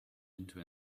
into